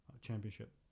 championship